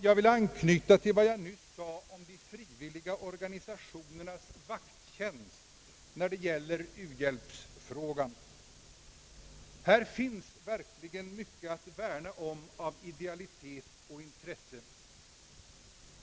Jag vill anknyta till vad jag nyss sade om de frivilliga organisationernas vakttjänst när det gäller uhjälpsfrågan. Här finns verkligen mycket att värna om av idealitet och intresse.